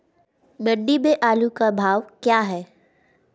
मंडी में आलू का भाव क्या है?